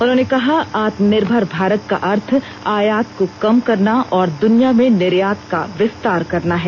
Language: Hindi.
उन्होंने कहा आत्मनिर्भर भारत का अर्थ आयात को कम करना और दुनिया में निर्यात का विस्तार करना है